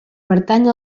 pertany